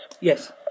Yes